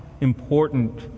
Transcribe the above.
important